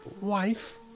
wife